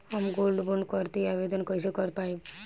हम gold bond करतिं आवेदन कइसे कर पाइब?